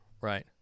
right